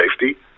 safety